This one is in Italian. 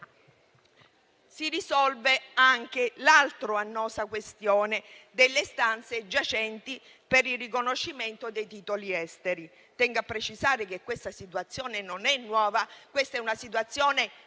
Si risolve anche l'altra annosa questione delle istanze giacenti per il riconoscimento dei titoli esteri. Tengo a precisare che questa situazione non è nuova, ma l'abbiamo